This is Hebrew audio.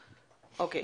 אוקיי.